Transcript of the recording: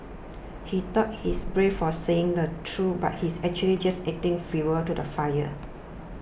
he thought he's brave for saying the truth but he's actually just adding fuel to the fire